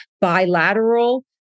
bilateral